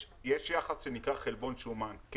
יש יחס שנקרא חלבון-שומן.